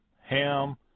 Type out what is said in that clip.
Ham